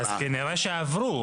אז כנראה שעברו.